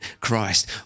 Christ